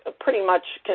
ah pretty much,